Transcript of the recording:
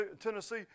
Tennessee